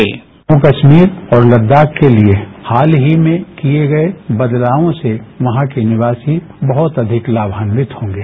white Jammu Kashmir और लद्दाख के लिए हाल ही में किए गए बदलावों से वहां के निवासी बहुत अधिक लाभान्यित होंगे